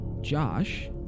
Josh